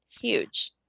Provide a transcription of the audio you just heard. Huge